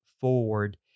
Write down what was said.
forward